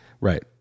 Right